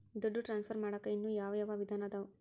ದುಡ್ಡು ಟ್ರಾನ್ಸ್ಫರ್ ಮಾಡಾಕ ಇನ್ನೂ ಯಾವ ಯಾವ ವಿಧಾನ ಅದವು?